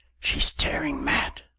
she's tearing mad!